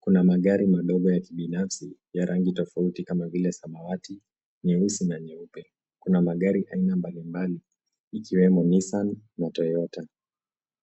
Kuna magari madogo ya kibinafsi ya rangi tofauti kama vile samawati, nyeusi na nyeupe. Kuna magari aina mbalimbali ikiwemo Nissan na Toyota.